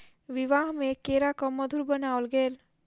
विवाह में केराक मधुर बनाओल गेल